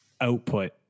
output